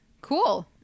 Cool